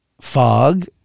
fog